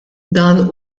dan